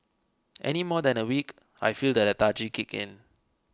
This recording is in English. any more than a week I feel the lethargy kick in